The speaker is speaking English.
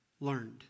learned